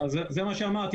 אז זה מה שאמרתי,